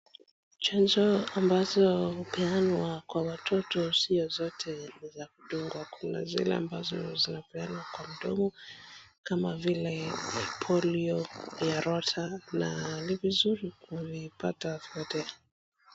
Chanjo ambazo hupeanwa kwa watoto sio zote za kudungwa kuna zile ambazo zinapeanwa kwa mdomo kama vile polio ya rota na ni vizuri kuipata zote.